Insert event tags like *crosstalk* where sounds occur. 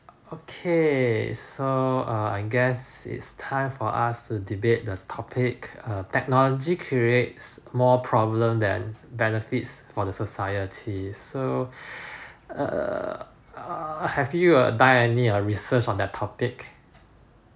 okay so uh I guess it’s time for us to debate the topic uh technology creates more problem than benefits for the society so *breath* err err have you uh done any uh research on that topic